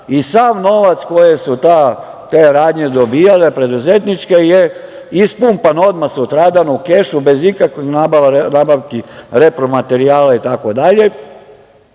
i sav novac koji su te radnje dobijale preduzetničke je ispumpan odmah sutradan u kešu bez ikakvih nabavki repromaterijala itd. Ja